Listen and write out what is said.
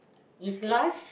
is life